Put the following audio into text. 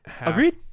Agreed